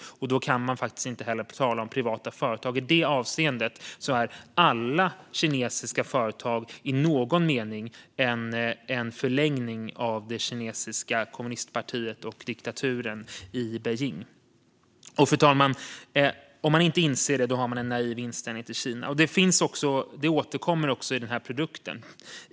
Då kan man inte heller tala om privata företag. I det avseendet är alla kinesiska företag i någon mening en förlängning av det kinesiska kommunistpartiet och diktaturen i Beijing. Fru talman! Om man inte inser detta har man en naiv inställning till Kina. Det återkommer också i den här produkten.